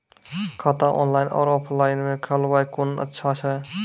खाता ऑनलाइन और ऑफलाइन म खोलवाय कुन अच्छा छै?